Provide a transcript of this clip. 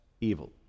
evil